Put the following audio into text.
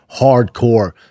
hardcore